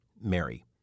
Mary